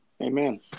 Amen